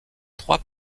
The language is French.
trois